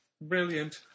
Brilliant